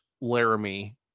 Laramie